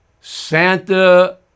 Santa